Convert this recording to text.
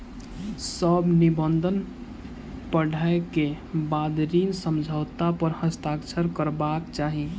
सभ निबंधन पढ़ै के बाद ऋण समझौता पर हस्ताक्षर करबाक चाही